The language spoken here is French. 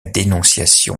dénonciation